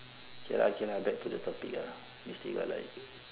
K lah okay lah back to the topic ah we still got like